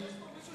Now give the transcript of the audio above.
אדוני היושב-ראש,